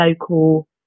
local